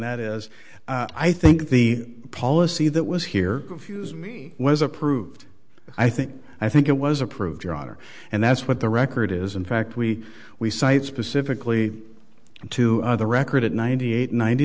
that is i think the policy that was here confuse me was approved i think i think it was approved your honor and that's what the record is in fact we we cited specifically to our the record in ninety eight ninety